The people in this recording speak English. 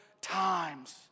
times